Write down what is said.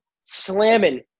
slamming